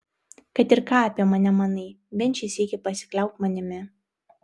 kad ir ką apie mane manai bent šį sykį pasikliauk manimi